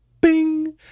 Bing